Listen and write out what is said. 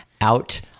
out